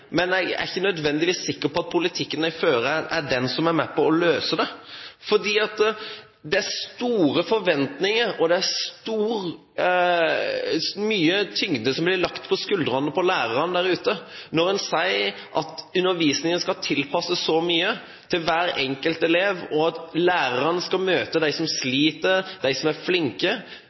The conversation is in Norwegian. på å løse det. For det er store forventninger, og det er mye tyngde som blir lagt på skuldrene til lærerne der ute når en sier at undervisningen skal tilpasses så mye til hver enkelt elev, og at lærerne skal møte de som sliter, de som er flinke,